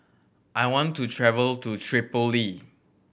I want to travel to Tripoli